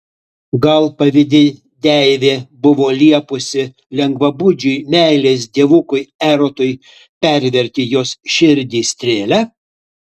gal pavydi deivė buvo liepusi lengvabūdžiui meilės dievukui erotui perverti jos širdį strėle